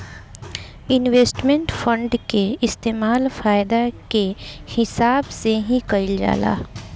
investment fund के इस्तेमाल फायदा के हिसाब से ही कईल जाला